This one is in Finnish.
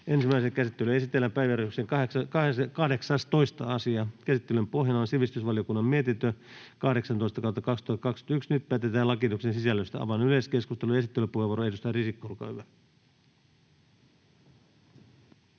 Ensimmäiseen käsittelyyn esitellään päiväjärjestyksen 14. asia. Käsittelyn pohjana on talousvaliokunnan mietintö TaVM 39/2021 vp. Nyt päätetään lakiehdotuksen sisällöstä. — Avaan yleiskeskustelun. Esittelypuheenvuoro, edustaja Grahn-Laasonen, olkaa hyvä.